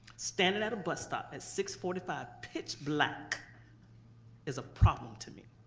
standing at a bus stop at six forty five, pitch black is a problem to me.